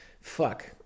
fuck